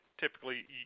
typically